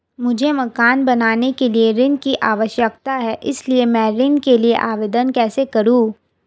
मुझे मकान बनाने के लिए ऋण की आवश्यकता है इसलिए मैं ऋण के लिए आवेदन कैसे करूं?